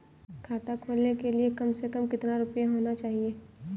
खाता खोलने के लिए कम से कम कितना रूपए होने चाहिए?